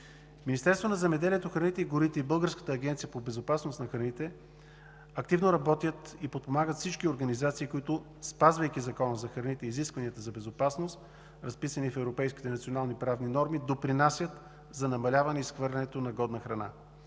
Министерството на земеделието, храните и горите и Българската агенция по безопасност на храните активно работят и подпомагат всички организации, които, спазвайки Закона за храните и изискванията за безопасност, разписани в европейските и национални правни норми, допринасят за намаляване изхвърлянето на годна храна.